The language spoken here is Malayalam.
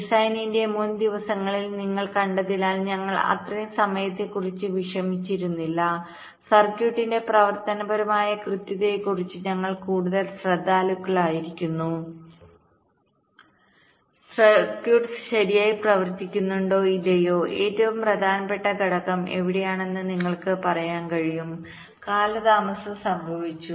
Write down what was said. ഡിസൈനിന്റെ മുൻ ദിവസങ്ങളിൽ നിങ്ങൾ കണ്ടതിനാൽ ഞങ്ങൾ അത്രയും സമയത്തെക്കുറിച്ച് വിഷമിച്ചിരുന്നില്ല സർക്യൂട്ടിന്റെ പ്രവർത്തനപരമായ കൃത്യതയെക്കുറിച്ച് ഞങ്ങൾ കൂടുതൽ ശ്രദ്ധാലുക്കളായിരുന്നു സർക്യൂട്ട് ശരിയായി പ്രവർത്തിക്കുന്നുണ്ടോ ഇല്ലയോ ഏറ്റവും പ്രധാനപ്പെട്ട ഘടകം എവിടെയാണെന്ന് നിങ്ങൾക്ക് പറയാൻ കഴിയും കാലതാമസം സംഭവിച്ചു